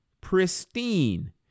pristine